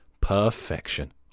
perfection